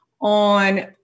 on